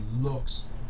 looks